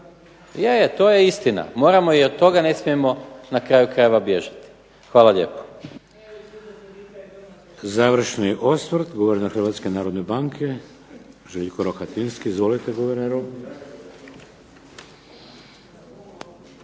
Je, to je istina. Moramo i od toga ne smijemo na kraju krajeva bježati. Hvala lijepo.